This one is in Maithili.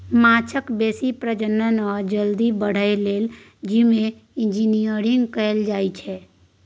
माछक बेसी प्रजनन आ जल्दी बढ़य लेल जीनोम इंजिनियरिंग कएल जाएत छै